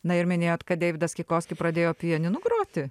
na ir minėjot kad deividas kikoski pradėjo pianinu groti